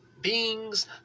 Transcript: beings